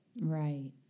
Right